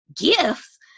gifts